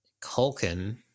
Culkin